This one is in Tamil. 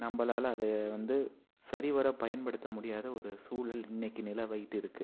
நம்பளால் அதை வந்து சரிவர பயன்படுத்த முடியாத ஒரு சூழல் இன்றைக்கு நிலவிட்டுருக்கு